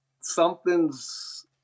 something's